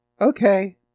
Okay